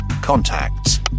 contacts